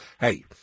hey